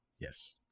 Yes